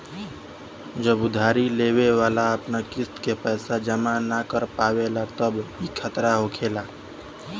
जब उधारी लेवे वाला अपन किस्त के पैसा जमा न कर पावेला तब ई खतरा होखेला